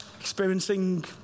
experiencing